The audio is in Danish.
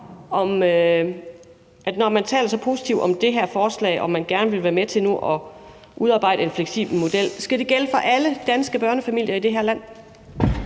når man nu taler så positivt om det her forslag og man gerne vil være med til nu at udarbejde en fleksibel model, om det så skal gælde for alle danske børnefamilier i det her land.